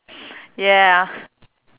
yeah